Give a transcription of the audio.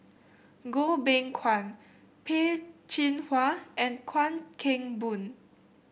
Goh Beng Kwan Peh Chin Hua and Chuan Keng Boon